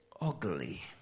ugly